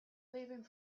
leaving